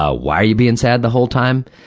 ah why're you being sad the whole time?